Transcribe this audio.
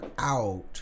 out